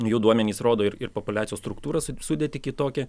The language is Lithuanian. jų duomenys rodo ir ir populiacijos struktūros su sudėtį kitokia